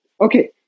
okay